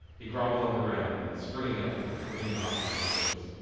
he groveled on the ground and then springing up went careering off through some bushes.